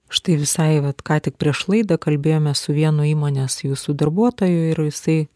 štai visai vat ką tik prieš laidą kalbėjome su vienu įmonės jūsų darbuotoju ir jisai